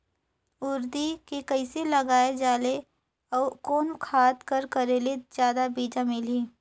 उरीद के कइसे लगाय जाले अउ कोन खाद कर करेले जादा बीजा मिलही?